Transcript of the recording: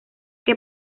que